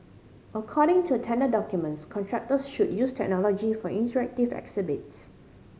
according to tender documents contractors should use technology for interactive exhibits